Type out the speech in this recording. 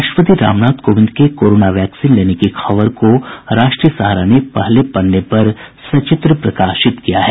राष्ट्रपति रामनाथ कोविंद के corona vaccine लेने की खबर को राष्ट्रीय सहारा ने पहले पन्ने पर सचित्र प्रकाशित किया है